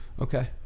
okay